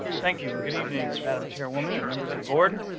thank you and good evening. madam chair. woman and members of the board.